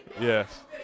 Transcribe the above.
Yes